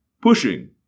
pushing